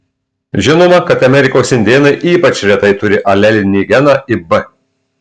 žinoma kad amerikos indėnai ypač retai turi alelinį geną ib